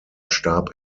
starb